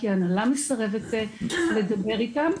כי ההנהלה מסרבת לדבר איתם.